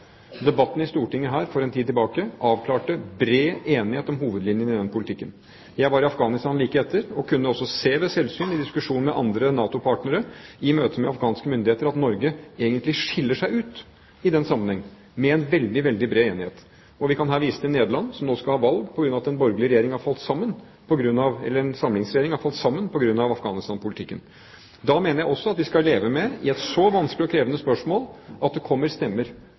Debatten i Stortinget for en tid tilbake avklarte bred enighet om hovedlinjene i den politikken. Jeg var i Afghanistan like etter og kunne også ved selvsyn se – i diskusjon med andre NATO-partnere, i møte med afghanske myndigheter – at Norge i den sammenheng egentlig skiller seg ut ved en veldig, veldig bred enighet. Vi kan her vise til Nederland som nå skal ha valg på grunn av at en samlingsregjering har falt sammen på grunn av Afghanistan-politikken. Da mener jeg også at vi i et så vanskelig og krevende spørsmål skal leve med at det kommer stemmer